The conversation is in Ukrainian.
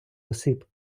осіб